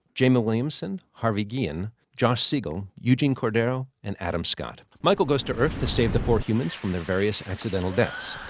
jama williamson, harvey guillen, josh siegal, eugene cordero, and adam scott. michael goes to earth to save the four humans from their various accidental deaths.